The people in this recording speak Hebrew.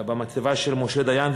במצבה של משה דיין,